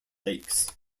lakes